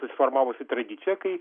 susiformavusi tradicija kai